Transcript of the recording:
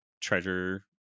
treasure